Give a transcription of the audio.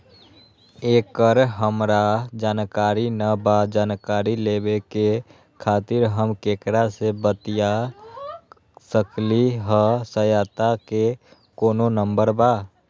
एकर हमरा जानकारी न बा जानकारी लेवे के खातिर हम केकरा से बातिया सकली ह सहायता के कोनो नंबर बा?